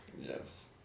Yes